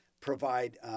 provide